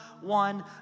one